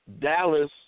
Dallas